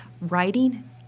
Writing